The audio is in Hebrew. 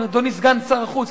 אדוני סגן שר החוץ,